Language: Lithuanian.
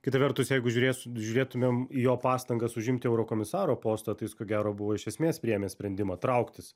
kita vertus jeigu žiūrės žiūrėtumėm į jo pastangas užimti eurokomisaro postą tai jis ko gero buvo iš esmės priėmęs sprendimą trauktis